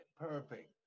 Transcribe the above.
Perfect